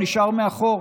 נשאר מאחור.